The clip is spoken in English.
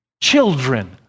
children